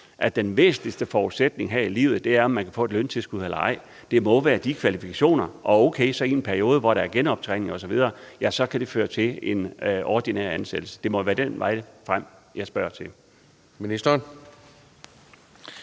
at den væsentligste forudsætning er, om man kan få et løntilskud. Det må komme an på kvalifikationerne, og okay, så kan der i en periode være genoptræning osv., og så kan det føre til en ordinær ansættelse. Det må være vejen frem, og det er det, mit